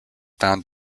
found